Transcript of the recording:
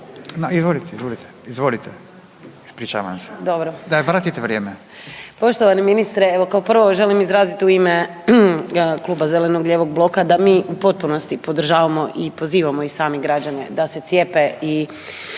Daj vratite vrijeme. **Benčić, Sandra (Možemo!)** Poštovani ministre, evo kao prvo želim izrazit u ime Kluba zeleno-lijevog bloka da mi u potpunosti podržavamo i pozivamo i sami građane da se cijepe i